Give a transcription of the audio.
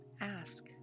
ask